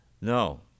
No